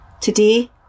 Today